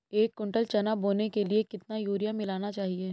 एक कुंटल चना बोने के लिए कितना यूरिया मिलाना चाहिये?